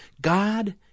God